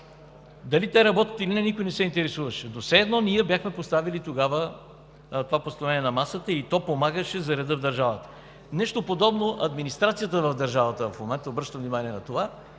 Дали те работят или не, никой не се интересуваше. Все едно, ние бяхме поставили тогава това постановление на масата и то помагаше за реда в държавата. Нещо подобно – администрацията в държавата в момента, обръщам внимание на това,